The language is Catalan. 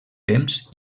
temps